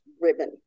ribbon